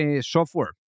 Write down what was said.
software